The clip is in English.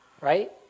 right